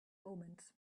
omens